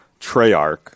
Treyarch